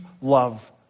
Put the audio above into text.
love